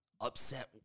upset